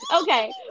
Okay